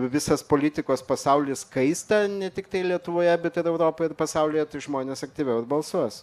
visas politikos pasaulis kaista ne tiktai lietuvoje bet ir europoje ir pasaulyje žmonės aktyviau ir balsuos